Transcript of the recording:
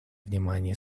внимание